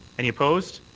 any opposed?